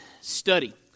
study